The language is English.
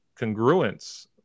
congruence